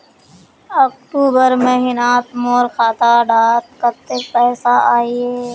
अक्टूबर महीनात मोर खाता डात कत्ते पैसा अहिये?